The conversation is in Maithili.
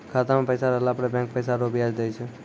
खाता मे पैसा रहला पर बैंक पैसा रो ब्याज दैय छै